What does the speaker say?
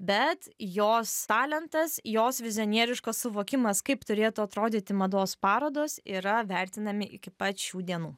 bet jos talentas jos vizionieriškas suvokimas kaip turėtų atrodyti mados parodos yra vertinami iki pat šių dienų